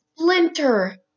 Splinter